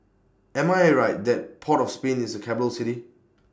Am I Right that Port of Spain IS A Capital City